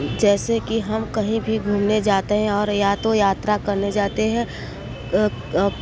जैसे कि हम कहीं भी घूमने जाते हैं और या तो यात्रा करने जाते हैं